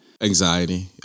Anxiety